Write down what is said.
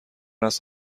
است